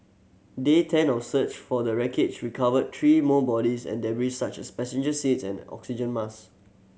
day ten of search for the wreckage recovered three more bodies and debris such as passenger seat and oxygen mask